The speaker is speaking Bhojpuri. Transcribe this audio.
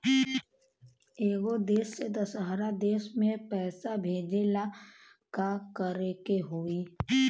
एगो देश से दशहरा देश मे पैसा भेजे ला का करेके होई?